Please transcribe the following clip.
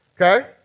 okay